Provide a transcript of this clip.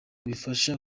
bifasha